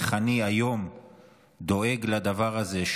איך אני דואג היום לדבר הזה,